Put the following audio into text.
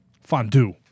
fondue